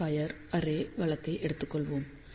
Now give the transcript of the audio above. end for array வழக்கை எடுத்துக் கொள்வோம்